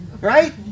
Right